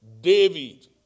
David